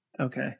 Okay